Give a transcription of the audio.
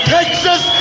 Texas